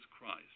Christ